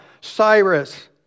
Cyrus